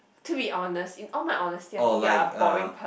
to be honest in all my honesty I think you are a boring person